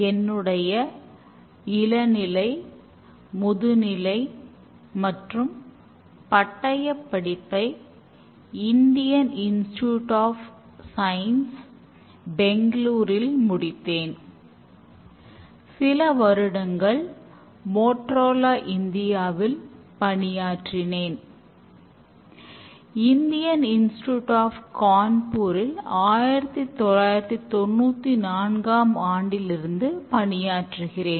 என்னுடைய இளநிலை முதுநிலை மற்றும் பட்டயப் படிப்பை இந்தியன் இன்ஸ்டிடியூட் ஆப் சயின்ஸ் 1994ம் ஆண்டிலிருந்து பணியாற்றுகிறேன்